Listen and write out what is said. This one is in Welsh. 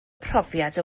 profiad